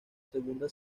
segunda